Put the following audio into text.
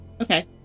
Okay